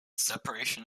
separation